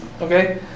Okay